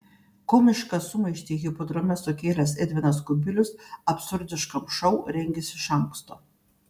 komišką sumaištį hipodrome sukėlęs edvinas kubilius absurdiškam šou rengėsi iš anksto